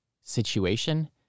situation